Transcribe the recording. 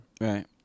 Right